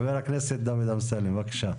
חבר הכנסת דוד אמסלם, בבקשה.